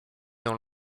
dans